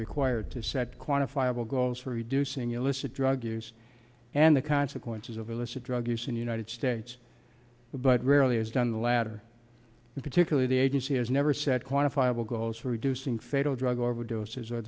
required to set quantifiable goals for reducing illicit drug use and the consequences of illicit drug use in the united states but rarely is done the latter in particular the agency has never set quantifiable goals for reducing fatal drug overdoses or